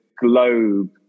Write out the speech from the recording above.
Globe